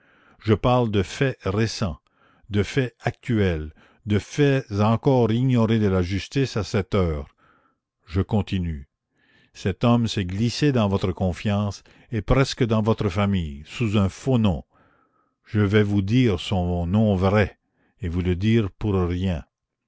je parle de faits récents de faits actuels de faits encore ignorés de la justice à cette heure je continue cet homme s'est glissé dans votre confiance et presque dans votre famille sous un faux nom je vais vous dire son nom vrai et vous le dire pour rien